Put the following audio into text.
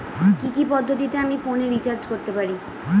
কি কি পদ্ধতিতে আমি ফোনে রিচার্জ করতে পারি?